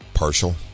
partial